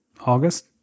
August